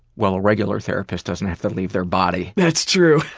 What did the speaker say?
well, a regular therapist doesn't have to leave their body. that's true!